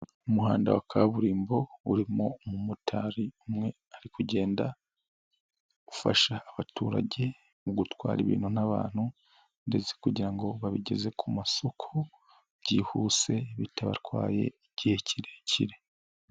Umuhanda wa kaburimbo urimo umumotari umwe ari kugenda, ufasha abaturage mu gutwara ibintu n'abantu, ndetse kugira ngo babigeze ku masoko, byihuse bitabatwaye igihe kirekire.